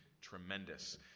tremendous